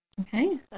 Okay